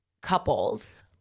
couples